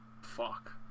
Fuck